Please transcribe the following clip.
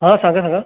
हां सांगा सांगा